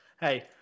Hey